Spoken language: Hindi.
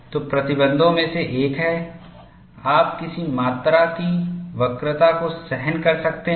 तो प्रतिबंधों में से एक है आप किस मात्रा की वक्रता को सहन कर सकते हैं